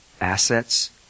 Assets